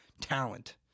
talent